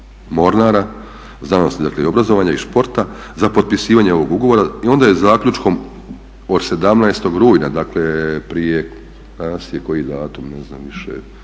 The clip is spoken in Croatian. Mornara znanosti, obrazovanja i športa za potpisivanje ovog ugovora i onda je zaključkom od 17.rujna, dakle prije, danas